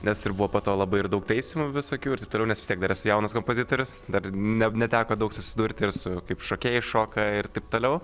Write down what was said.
nes ir buvo po to labai ir daug taisymų visokių ir taip toliau nes vis tiek dar esu jaunas kompozitorius dar ne neteko daug susidurti ir su kaip šokėjai šoka ir taip toliau